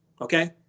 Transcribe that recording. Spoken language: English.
okay